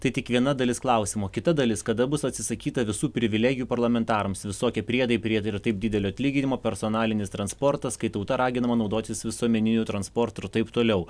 tai tik viena dalis klausimo kita dalis kada bus atsisakyta visų privilegijų parlamentarams visokie priedai prie ir taip didelio atlyginimo personalinis transportas kai tauta raginama naudotis visuomeniniu transportu ir taip toliau